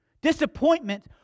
Disappointment